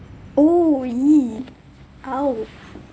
!ow! !ee! !aww!